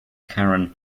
karen